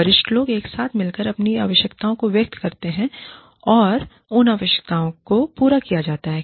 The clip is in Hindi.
वरिष्ठ लोग एक साथ मिलकर अपनी आवश्यकताओं को व्यक्त करते हैं और उन आवश्यकताओं को पूरा किया जाता है